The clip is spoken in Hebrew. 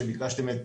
שביקשתם את